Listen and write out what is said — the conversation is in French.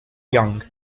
young